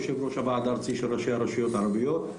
יושב-ראש הוועד הארצי של ראשי הרשויות הערביות.